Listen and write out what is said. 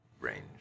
range